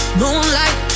moonlight